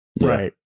Right